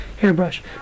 hairbrush